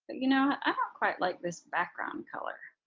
you know, i quite like this background color